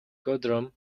gudrun